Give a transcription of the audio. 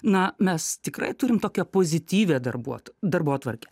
na mes tikrai turim tokią pozityvią darbot darbotvarkę